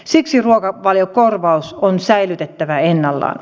siksi ruokavaliokorvaus on säilytettävä ennallaan